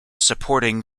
supporting